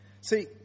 See